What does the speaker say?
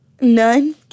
None